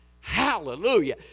Hallelujah